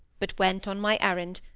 but went on my errand,